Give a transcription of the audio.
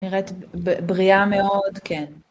נראית בריאה מאוד, כן.